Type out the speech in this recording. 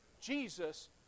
Jesus